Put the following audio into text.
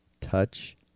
touch